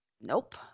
Nope